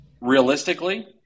Realistically